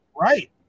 Right